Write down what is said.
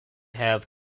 have